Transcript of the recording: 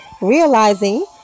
realizing